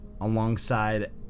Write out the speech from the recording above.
alongside